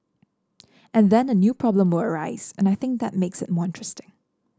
and then a new problem will arise and I think that makes it more interesting